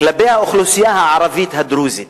כלפי האוכלוסייה הערבית הדרוזית.